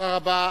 תודה רבה.